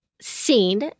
seen